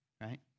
right